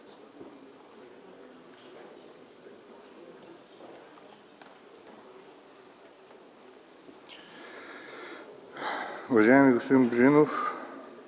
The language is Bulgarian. Уважаеми господин Божинов,